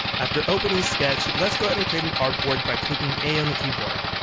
after opening sketch, let's go ahead and create an artboard by clicking a on the keyboard.